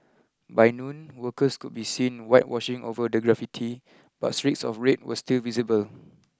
by noon workers could be seen whitewashing over the graffiti but streaks of red were still visible